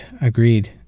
Agreed